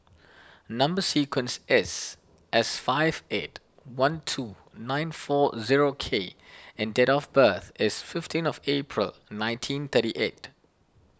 Number Sequence is S five eight one two nine four zero K and date of birth is fifteen of April nineteen thirty eight